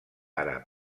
àrab